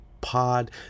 Pod